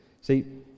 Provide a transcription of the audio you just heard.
See